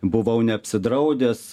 buvau neapsidraudęs